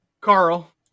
Carl